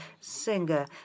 Singer